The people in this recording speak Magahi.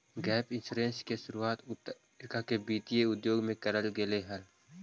गैप इंश्योरेंस के शुरुआत उत्तर अमेरिका के वित्तीय उद्योग में करल गेले हलाई